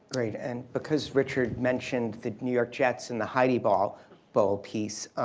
great. and because richard mentioned that new york chats in the heidi ball bowl piece,